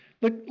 look